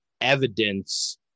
evidence